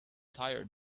tired